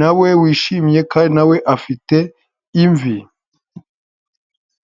nawe wishimye kandi nawe afite imvi.